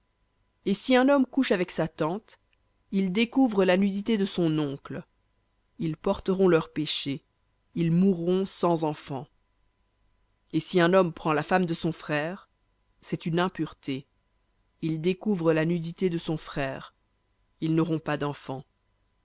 et si un homme couche avec sa tante il découvre la nudité de son oncle ils porteront leur péché ils mourront sans enfants et si un homme prend la femme de son frère c'est une impureté il découvre la nudité de son frère ils n'auront pas d'enfants